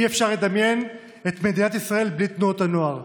אי-אפשר לדמיין את מדינת ישראל בלי תנועות הנוער,